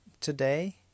today